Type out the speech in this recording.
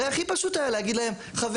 הרי הכי פשוט היה להגיד להם חברים,